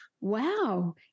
wow